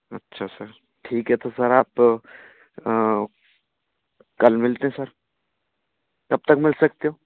अच्छा सर ठीक है तो सर आप कल मिलते है सर कब तक मिल सकते हो